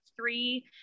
three